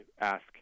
ask